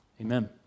Amen